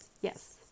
yes